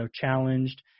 challenged